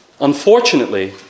Unfortunately